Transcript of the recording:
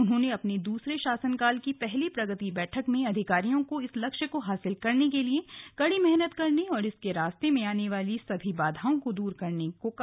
उन्होंने अपने दूसरे शासनकाल की पहली प्रगति बैठक में अधिकारियों को इस लक्ष्य को हासिल करने के लिए कड़ी मेहनत करने और इसके रास्ते में आने वाली सभी बाधाओं को दूर करने को कहा